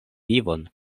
vivon